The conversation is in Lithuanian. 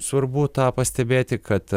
svarbu tą pastebėti kad